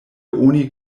oni